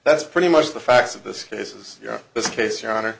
that's pretty much the facts of this case is this case your honor